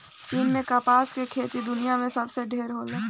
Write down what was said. चीन में कपास के खेती दुनिया में सबसे ढेर होला